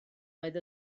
oedd